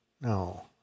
No